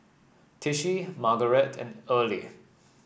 Tishie Margarette and Earley